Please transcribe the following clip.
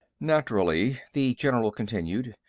naturally, the general continued,